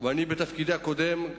ואני בתפקידי הקודם,